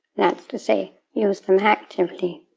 that's to say, use them actively.